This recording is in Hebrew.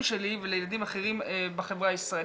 שלי ולילדים אחרים בחברה הישראלית.